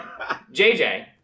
JJ